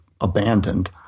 abandoned